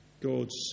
God's